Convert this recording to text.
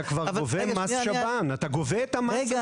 אבל אתה כבר גובה מס שב"ן, אתה גובה את המס